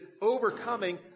overcoming